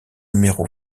numéro